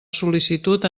sol·licitud